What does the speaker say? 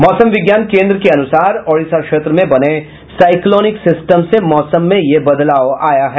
मौसम विज्ञान केंद्र के अनुसार ओडिशा क्षेत्र में बने साईक्लोनिक सिस्टम से मौसम में ये बदलाव आया है